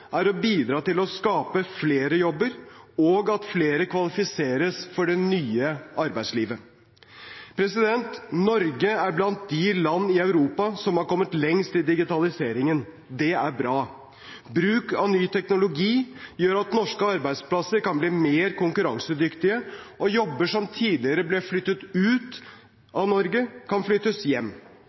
er å bidra til å skape flere jobber, og at flere kvalifiseres for det nye arbeidslivet. Norge er blant de land i Europa som har kommet lengst i digitaliseringen. Det er bra. Bruk av ny teknologi gjør at norske arbeidsplasser kan bli mer konkurransedyktige, og jobber som tidligere ble flyttet ut av Norge, kan flyttes hjem.